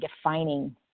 defining